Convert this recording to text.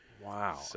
wow